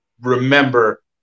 remember